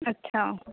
ਅੱਛਾ